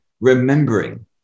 remembering